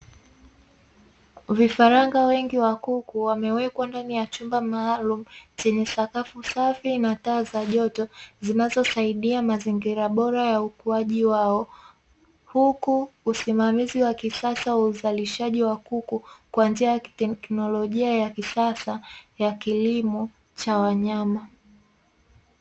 Vifaranga wengi wa kuku wamewekwa ndani ya chumba maalumu, chenye sakafu safi na taa za joto, zinazosaidia mazingira bora ya ukuaji wao. Huku usimamizi wa kisasa wa uzalishaji wa kuku, kwa njia ya kiteknolojia ya kisasa ya kilimo cha wanyama.